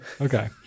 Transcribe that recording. Okay